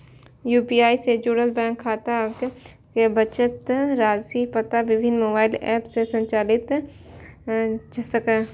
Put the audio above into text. UPI सं जुड़ल bank खाताक बचत राशिक पता विभिन्न मोबाइल एप सं चलि सकैए